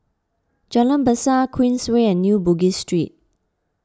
Jalan Besar Queensway and New Bugis Street